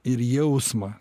ir jausmą